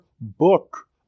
book